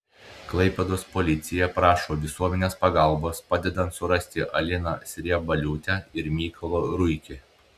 klaipėdos policija prašo visuomenės pagalbos padedant surasti aliną sriebaliūtę ir mykolą ruikį